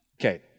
Okay